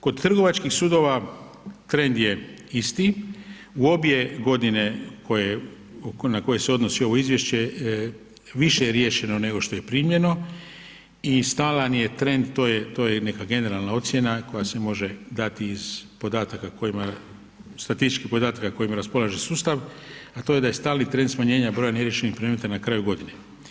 Kod trgovačkih sudova trend je isti u obje godine na koje se odnosi ovo izvješće više je riješeno nego što je primljeno i stalan je trend, to je neka generalna ocjena koja se može dati iz podataka kojima, statističkih podataka kojima raspolaže sustav, a to je da je stalni trend smanjenja neriješenih predmeta na kraju godine.